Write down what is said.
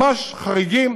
ממש חריגים,